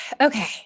Okay